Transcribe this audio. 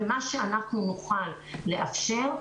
מה שאנחנו נוכל לאפשר,